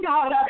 God